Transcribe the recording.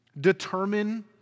determine